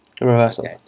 Reversal